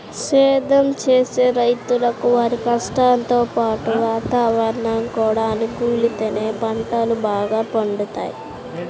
సేద్దెం చేసే రైతులకు వారి కష్టంతో పాటు వాతావరణం కూడా అనుకూలిత్తేనే పంటలు బాగా పండుతయ్